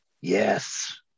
Yes